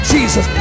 Jesus